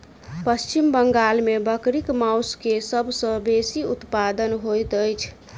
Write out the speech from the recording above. पश्चिम बंगाल में बकरीक मौस के सब सॅ बेसी उत्पादन होइत अछि